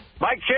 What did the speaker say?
Mike